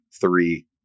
three